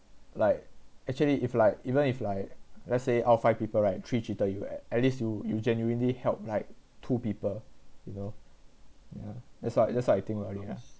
like actually if like even if like let's say out five people right three cheated you at at least you you genuinely help like two people you know ya that's what that's what I think only lah